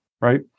right